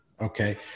Okay